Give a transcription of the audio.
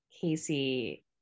Casey